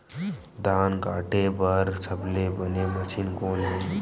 धान काटे बार सबले बने मशीन कोन हे?